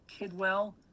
Kidwell